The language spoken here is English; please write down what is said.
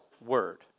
word